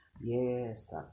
yes